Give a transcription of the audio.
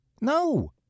No